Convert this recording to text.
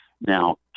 Now